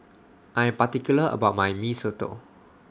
I Am particular about My Mee Soto